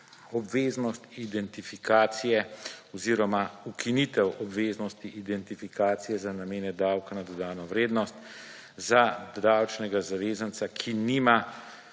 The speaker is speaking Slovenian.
obveznost identifikacije oziroma ukinitev obveznosti identifikacije za namene davka na dodano vrednost za davčnega zavezanca, ki nima